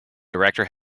director